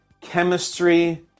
chemistry